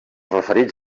referits